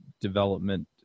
development